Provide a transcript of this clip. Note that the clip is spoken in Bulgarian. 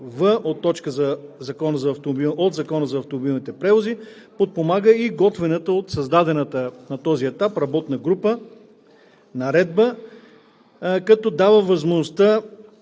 от Закона за автомобилните превози подпомага и готвената от създадената на този етап работна група наредба, като дава възможността